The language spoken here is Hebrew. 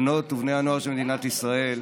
בנות ובני הנוער של מדינת ישראל,